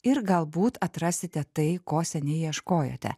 ir galbūt atrasite tai ko seniai ieškojote